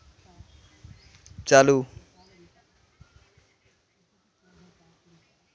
ᱪᱟᱹᱞᱩ